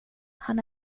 han